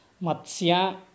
matsya